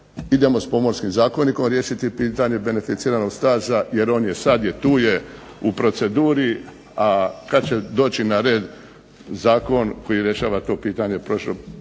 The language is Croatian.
idemo s Pomorskim zakonikom riješiti pitanje beneficiranog staža jer on je, sad je tu je u proceduri, a kad će doći na red zakon koji rješava to pitanje prošlo